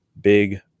Big